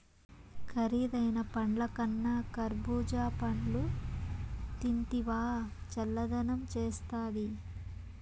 కరీదైన పండ్లకన్నా కర్బూజా పండ్లు తింటివా చల్లదనం చేస్తాది